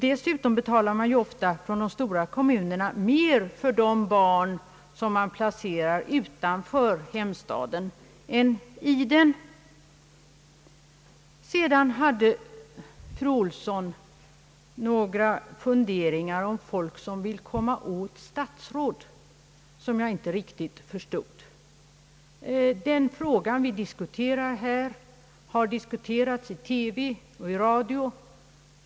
Dessutom betalar de stora kommunerna ofta mer för de barn som placeras utanför hemstaden än för dem som placeras inom den. Sedan hade fru Ohlsson några funderingar om »folk som vill komma åt statsråd», som jag inte riktigt förstod. Den fråga vi diskuterar här har debatterats i TV och radio.